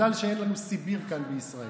מזל שאין לנו כאן סיביר כאן, בישראל.